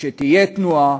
ושתהיה תנועה,